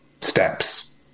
steps